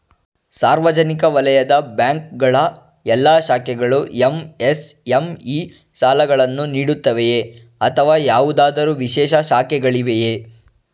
ಸಾರ್ವಜನಿಕ ವಲಯದ ಬ್ಯಾಂಕ್ ಗಳ ಎಲ್ಲಾ ಶಾಖೆಗಳು ಎಂ.ಎಸ್.ಎಂ.ಇ ಸಾಲಗಳನ್ನು ನೀಡುತ್ತವೆಯೇ ಅಥವಾ ಯಾವುದಾದರು ವಿಶೇಷ ಶಾಖೆಗಳಿವೆಯೇ?